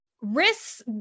risks